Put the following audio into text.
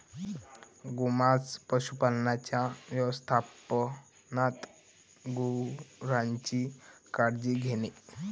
गोमांस पशुपालकांच्या व्यवस्थापनात गुरांची काळजी घेणे